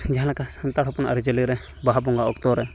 ᱡᱟᱦᱟᱸᱞᱮᱠᱟ ᱥᱟᱱᱛᱟᱲ ᱦᱚᱯᱚᱱᱟᱜ ᱟᱹᱨᱤᱪᱟᱹᱞᱤᱨᱮ ᱵᱟᱦᱟ ᱵᱚᱸᱜᱟ ᱚᱠᱛᱚᱨᱮ